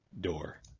door